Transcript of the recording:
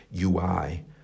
UI